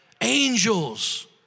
Angels